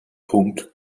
punkt